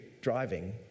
driving